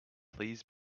please